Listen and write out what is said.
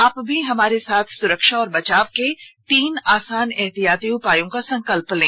आप भी हमारे साथ सुरक्षा और बचाव के तीन आसान एहतियाती उपायों का संकल्प लें